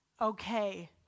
okay